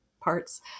parts